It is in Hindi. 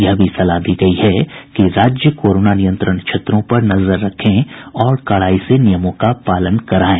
यह भी सलाह दी गई है कि राज्य कोरोना नियंत्रण क्षेत्रों पर नजर रखें और कड़ाई से नियमों का पालन कराएं